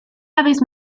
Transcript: aves